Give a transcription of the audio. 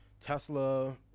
Tesla